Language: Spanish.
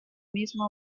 misma